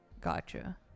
Gotcha